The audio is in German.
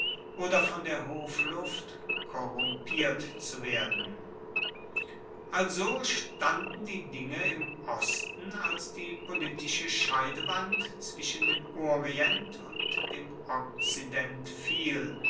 oder von der hofluft korrumpiert zu werden also standen die dinge im osten als die politische scheidewand zwischen dem orient und dem okzident fiel